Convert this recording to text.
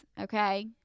okay